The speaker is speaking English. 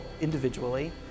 individually